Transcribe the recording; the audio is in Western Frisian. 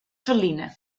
ferline